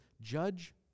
judge